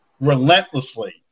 relentlessly